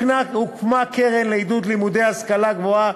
הוקמה קרן לעידוד לימודי השכלה גבוהה